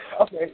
Okay